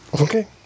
Okay